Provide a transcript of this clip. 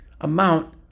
amount